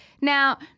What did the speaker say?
Now